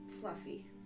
Fluffy